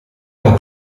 con